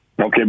Okay